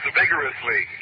vigorously